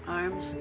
arms